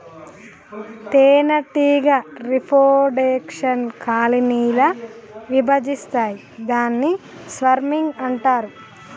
తేనెటీగ reproduction colony ల విభజిస్తాయి దాన్ని స్వర్మింగ్ అంటారు